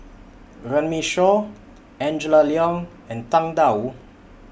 Runme Shaw Angela Liong and Tang DA Wu